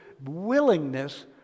willingness